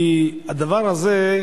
כי הדבר הזה,